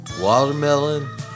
Watermelon